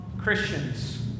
Christians